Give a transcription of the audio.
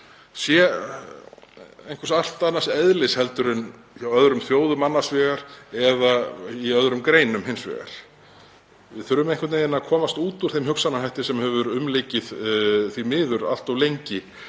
sé allt annars eðlis heldur en hjá öðrum þjóðum annars vegar eða í öðrum greinum hins vegar. Við þurfum að komast út úr þeim hugsunarhætti sem hefur umlukið því miður allt of lengi